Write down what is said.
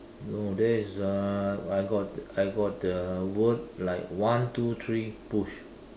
no there is uh I got I got uh word like one two three push